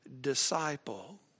disciple